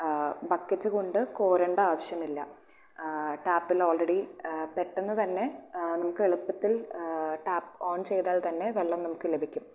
bucket കൊണ്ട് കോരണ്ട ആവിശ്യം ഇല്ല ടാപ്പിൽ ഓൾറെഡീ പെട്ടെന്ന് തന്നെ നമുക്ക് എളുത്തിൽ ടാപ് ഓൺ ചെയ്താൽ തന്നെ വെള്ളം നമുക്ക് ലഭിക്കും